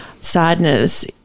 sadness